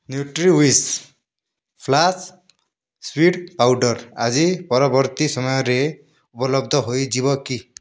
Nutriwish flax seed powder ଆଜି ପରବର୍ତ୍ତୀ ସମୟରେ ଉପଲବ୍ଧ ହୋଇଯିବ କି